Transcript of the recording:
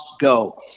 go